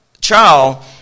child